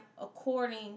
according